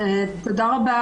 תודה רבה,